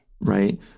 right